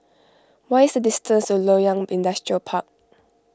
what is the distance to Loyang Industrial Park